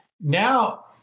now